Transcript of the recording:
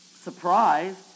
surprised